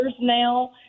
now